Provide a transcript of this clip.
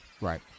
Right